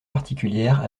particulières